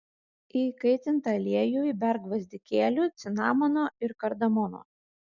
į įkaitintą aliejų įberk gvazdikėlių cinamono ir kardamono